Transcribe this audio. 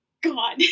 God